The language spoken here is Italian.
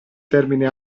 termine